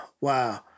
wow